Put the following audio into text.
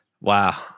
Wow